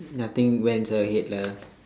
nothing went inside your head lah